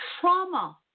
trauma